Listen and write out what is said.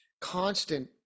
constant